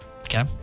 Okay